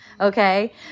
okay